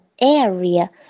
area